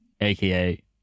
aka